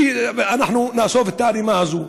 שאנחנו נאסוף את הערימה הזאת.